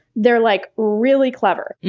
they're like really clever,